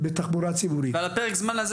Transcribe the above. בתחבורה ציבורית --- ועל פרק הזמן הזה